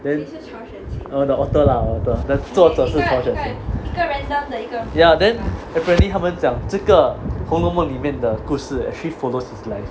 then the author lah all the 作者是曹雪芹 ya then apparently 他们讲这个红楼梦里面的故事 actually follows his life